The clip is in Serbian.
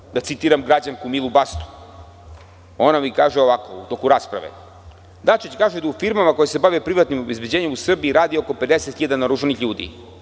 Moram da citiram građanku Milu Bastu, ona mi kaže ovako - u toku rasprave – Dačić kaže da u firmama koje se bave privatnim obezbeđenjem u Srbiji radi oko 50 hiljada naoružanih ljudi.